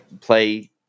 play